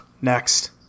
Next